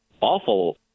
awful